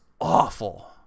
awful